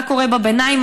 מה קורה בביניים?